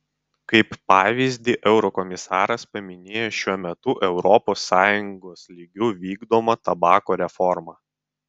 kaip pavyzdį eurokomisaras paminėjo šiuo metu europos sąjungos lygiu vykdomą tabako reformą